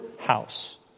house